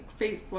Facebook